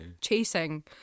Chasing